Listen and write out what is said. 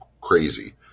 crazy